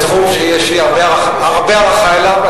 זה תחום שיש לי הרבה הערכה אליו,